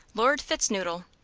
lord fitz noodle.